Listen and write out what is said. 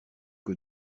que